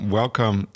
welcome